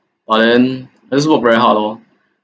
but then stressful was very hard lor